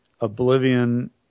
oblivion